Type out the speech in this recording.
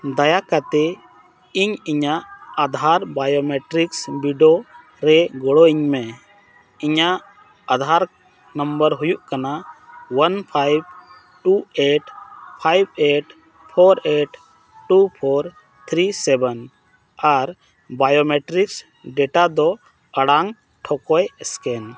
ᱫᱟᱭᱟ ᱠᱟᱛᱮᱫ ᱤᱧ ᱤᱧᱟᱹᱜ ᱟᱫᱷᱟᱨ ᱵᱟᱭᱳᱢᱮᱴᱨᱤᱠᱥ ᱵᱤᱰᱟᱹᱣ ᱨᱮ ᱜᱚᱲᱚᱧ ᱢᱮ ᱤᱧᱟᱹᱜ ᱟᱫᱷᱟᱨ ᱱᱚᱢᱵᱚᱨ ᱦᱩᱭᱩᱜ ᱠᱟᱱᱟ one five two eight five eight four eight two four three seven ᱟᱨ ᱵᱟᱭᱳᱢᱮᱴᱨᱤᱠ ᱰᱮᱴᱟ ᱫᱚ ᱟᱲᱟᱝ ᱴᱷᱚᱠᱚᱭ ᱥᱠᱮᱱ